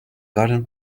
garden